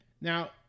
Now